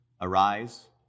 Arise